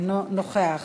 אינו נוכח.